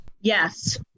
yes